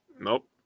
Nope